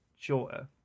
shorter